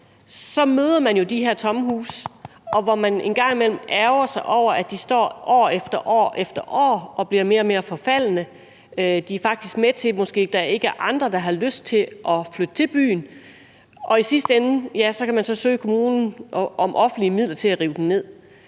så ser man jo de her tomme huse, og en gang imellem ærgrer man sig over, at de år efter år står og bliver mere og mere forfaldne. De er måske med til at gøre, at der ikke er andre, der har lyst til at flytte til byen. I sidste ende kan man så søge om offentlige midler hos kommunen til at rive dem ned.